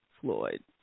Floyd